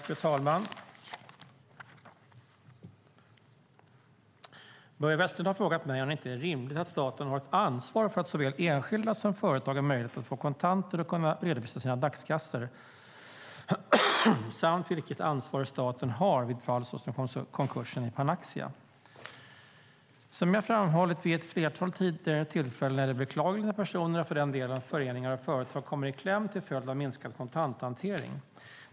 Fru talman! Börje Vestlund har frågat mig om det inte är rimligt att staten har ett ansvar för att såväl enskilda som företag har möjlighet att få kontanter och redovisa sina dagskassor, samt vilket ansvar staten har i fall såsom konkursen i Panaxia. Som jag framhållit vid ett flertal tidigare tillfällen är det beklagligt när personer - och för den delen föreningar och företag - kommer i kläm till följd av minskad kontanthantering.